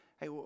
hey